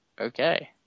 Okay